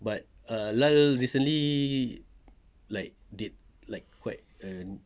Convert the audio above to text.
but ah lal recently like did like quite a